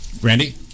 Brandy